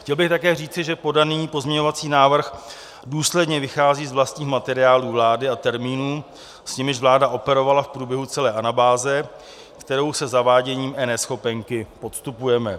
Chtěl bych také říci, že podaný pozměňovací návrh důsledně vychází z vlastních materiálů vlády a termínů, s nimiž vláda operovala v průběhu celé anabáze, kterou se zaváděním eNeschopenky podstupujeme.